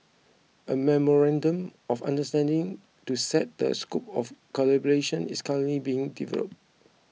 a memorandum of understanding to set the scope of collaboration is currently being developed